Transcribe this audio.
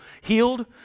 healed